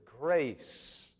Grace